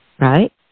Right